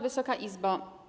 Wysoka Izbo!